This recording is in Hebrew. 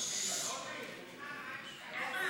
בעד,